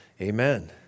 Amen